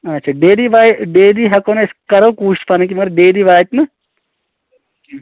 اچھا ڈیلی وایہ ڈیلی ہیٚکو نہٕ أسۍ کَرو کوشش پَنٕنۍ کِن مگر ڈیلی واتہِ نہٕ کیٚنٛہ